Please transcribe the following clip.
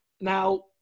Now